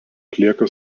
atlieka